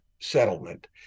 settlement